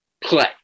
play